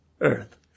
earth